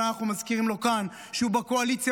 אבל אנחנו מזכירים לו כאן שהוא בקואליציה,